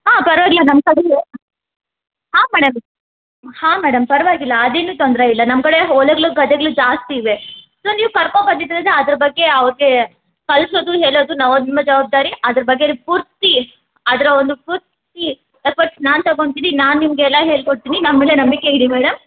ಹಾಂ ಪರವಾಗಿಲ್ಲ ನಮ್ಮ ಪಾಡಿಗೆ ಹಾಂ ಮೇಡಮ್ ಹಾಂ ಮೇಡಮ್ ಪರವಾಗಿಲ್ಲ ಅದೇನು ತೊಂದರೆಯಿಲ್ಲ ನಮ್ಮ ಕಡೆ ಹೊಲಗಳು ಗದ್ದೆಗಳು ಜಾಸ್ತಿ ಇವೆ ಸೊ ನೀವು ಕರ್ಕೊ ಬಂದಿದ್ರೇ ಅದರ ಬಗ್ಗೆ ಅವ್ರಿಗೆ ಕಲಿಸೋದು ಹೇಳೋದು ನಮ್ಮ ಜವಾಬ್ದಾರಿ ಅದರ ಬಗ್ಗೆ ಪೂರ್ತಿ ಅದರ ಒಂದು ಪೂರ್ತಿ ಎಫರ್ಟ್ಸ್ ನಾನು ತಗೊತೀನಿ ನಾನು ನಿಮಗೆಲ್ಲ ಹೇಳ್ಕೊಡ್ತೀನಿ ನಮ್ಮ ಮೇಲೆ ನಂಬಿಕೆ ಇಡಿ ಮೇಡಮ್